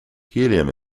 helium